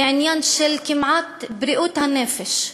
היא עניין של כמעט בריאות הנפש,